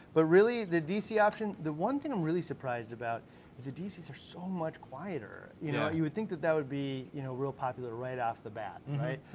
but really, the dc option, the one thing i'm really surprised about is the dcs are so much quieter. yeah. you know you would think that that would be you know real popular right off the bat, and right?